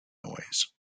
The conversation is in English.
noise